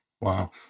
Wow